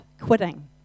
quitting